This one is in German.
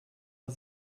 war